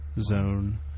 zone